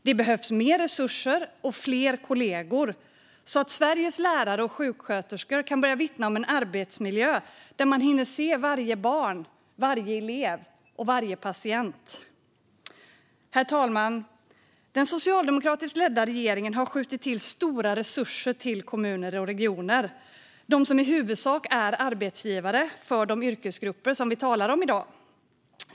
Det behövs mer resurser och fler kollegor så att Sveriges lärare och sjuksköterskor kan börja vittna om en arbetsmiljö där man hinner se varje barn, varje elev och varje patient. Herr talman! Den socialdemokratiskt ledda regeringen har skjutit till stora resurser till kommuner och regioner, de som i huvudsak är arbetsgivare för de yrkesgrupper vi talar om i dag.